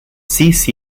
series